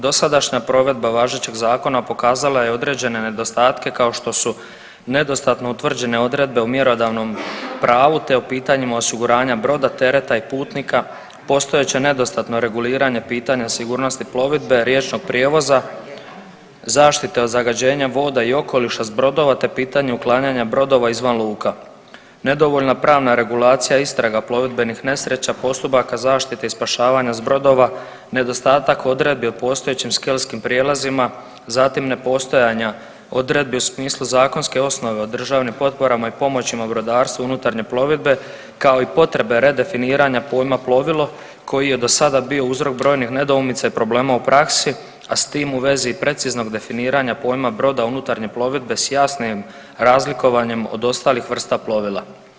Dosadašnja provedba važećeg zakona pokazala je određene nedostatke kao što su nedostatno utvrđene odredbe u mjerodavnom pravu, te o pitanjima osiguranja broda, tereta i putnika, postojeće nedostatno reguliranje pitanja sigurnosti plovidbe, riječnog prijevoza, zaštite od zagađenja voda i okoliša s brodova, te pitanje uklanjanja brodova izvan luka, nedovoljna pravna regulacija i istraga plovidbenih nesreća, postupaka zaštite i spašavanja s brodova, nedostatak odredbi o postojećim skelskim prijelazima, zatim nepostojanja odredbi u smislu zakonske osnove o državnim potporama i pomoćima u brodarstvu unutarnje plovidbe, kao i potrebe redefiniranja pojma plovilo koji je do sada bio uzrok brojnih nedoumica i problema u praksi, a s tim u vezi i preciznog definiranja pojma broda unutarnje plovidbe s jasnim razlikovanjem od ostalih vrsta plovila.